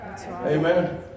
Amen